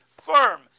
firm